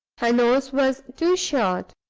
her nose was too short,